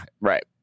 Right